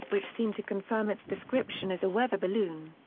which seemed to confirm its description as a weather balloon.